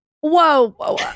Whoa